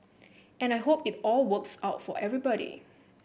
and I hope it all works out for everybody